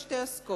יש שתי אסכולות,